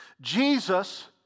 Jesus